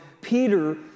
Peter